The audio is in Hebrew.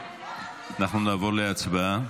אנחנו נעבור להצבעה.